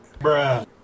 Bruh